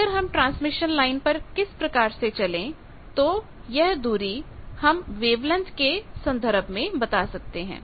अगर हम transmission line पर किस प्रकार से चले तो यह दूरी हम वेवलेंथ के संदर्भ में बता सकते हैं